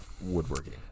woodworking